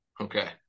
Okay